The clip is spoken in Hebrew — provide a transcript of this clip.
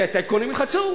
כי הטייקונים ילחצו.